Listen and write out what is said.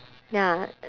ya